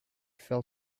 fell